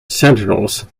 sentinels